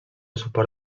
suport